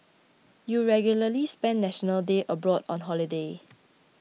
you regularly spend National Day abroad on holiday